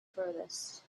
furthest